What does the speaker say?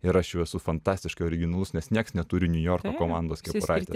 ir aš jau esu fantastiškai originalus nes nieks neturi niujorko komandos kepuraitės